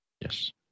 yes